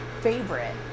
favorite